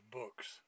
books